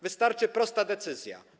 Wystarczy prosta decyzja.